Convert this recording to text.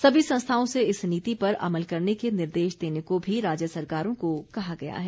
सभी संस्थाओं से इस नीति पर अमल करने के निर्देश देने को भी राज्य सरकारों को कहा गया है